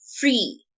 free